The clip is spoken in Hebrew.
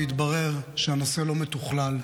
והתברר שהנושא לא מתוכלל,